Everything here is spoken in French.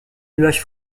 nuages